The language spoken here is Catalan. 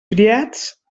criats